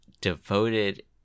devoted